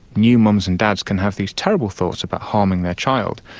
new mums and dads can have these terrible thoughts about harming their child,